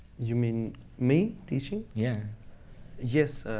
you mean me teaching? yeah yes.